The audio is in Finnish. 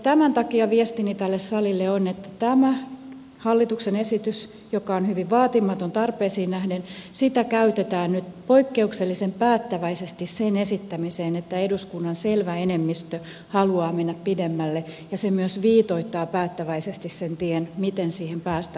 tämän takia viestini tälle salille on että tätä hallituksen esitystä joka on hyvin vaatimaton tarpeisiin nähden käytetään nyt poikkeuksellisen päättäväisesti sen esittämiseen että eduskunnan selvä enemmistö haluaa mennä pidemmälle ja se myös viitoittaa päättäväisesti sen tien miten siihen päästään